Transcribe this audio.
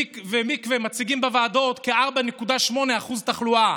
מקווה מציגים בוועדות כ-4.8% תחלואה.